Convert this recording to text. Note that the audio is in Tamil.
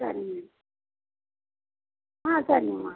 சரிங்க ஆ சரிங்கம்மா